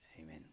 amen